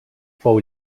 fou